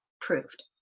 proved